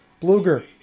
Bluger